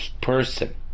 Person